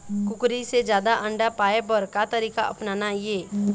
कुकरी से जादा अंडा पाय बर का तरीका अपनाना ये?